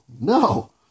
no